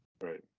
Right